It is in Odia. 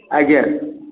ଆଜ୍ଞା